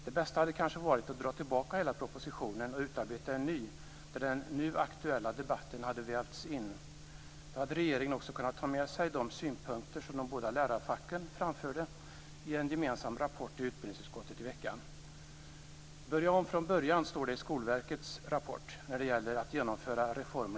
Det bästa hade kanske varit att dra tillbaka hela propositionen och utarbeta en ny där den nu aktuella debatten hade vävts in. Då hade regeringen kunnat ta med de synpunkter som de båda lärarfacken framförde i en gemensam rapport till utbildningsutskottet i veckan. I Skolverkets rapport står det att man skall börja om från början med reformerna från början av 90-talet.